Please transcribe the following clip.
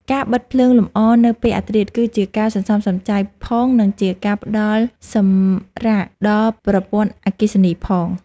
ការបិទភ្លើងលម្អនៅពេលអធ្រាត្រគឺជាការសន្សំសំចៃផង និងជាការផ្តល់ការសម្រាកដល់ប្រព័ន្ធអគ្គិសនីផង។